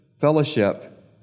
fellowship